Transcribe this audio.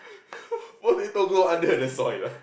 for it to go under the soil ah